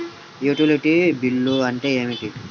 Utility bill అంటే ఏమిటి?